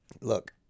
look